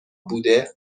بوده